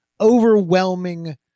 overwhelming